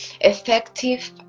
effective